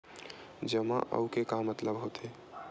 जमा आऊ के मतलब का होथे?